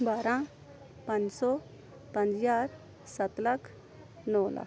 ਬਾਰਾਂ ਪੰਜ ਸੌ ਪੰਜ ਹਜ਼ਾਰ ਸੱਤ ਲੱਖ ਨੌ ਲੱਖ